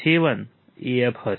7 AF હશે